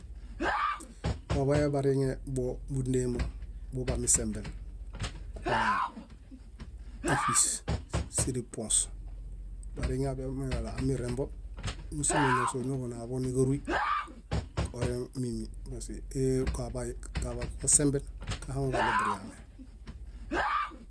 Waḃaya bariŋe bobundeema buḃamisemben: kulaa, íṗis, síripuõs. Bariŋeafiamikalo amirembo musimo ñáso niġunaaḃo níġarui. Oreŋ mími kaḃaisemben kahaŋu kaɭew buriame